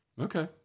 Okay